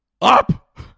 up